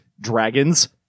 Dragons